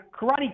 Karate